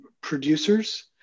producers